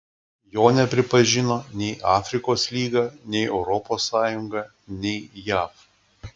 jo nepripažino nei afrikos lyga nei europos sąjunga nei jav